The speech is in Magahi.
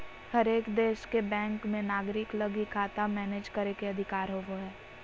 हरेक देश के बैंक मे नागरिक लगी खाता मैनेज करे के अधिकार होवो हय